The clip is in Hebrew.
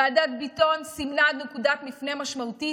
ועדת ביטון סימנה נקודת מפנה משמעותית,